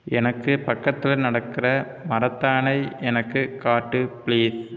எனக்குப் பக்கத்தில் நடக்கிற மரத்தானை எனக்கு காட்டு பிளீஸ்